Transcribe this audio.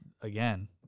again